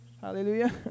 Hallelujah